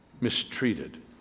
mistreated